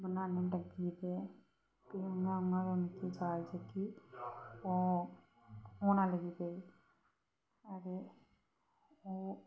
बनाने लग्गी ते फ्ही उयां उयां गै मिगी जांच जेह्की ओह् औना लगी पेई ते ओह्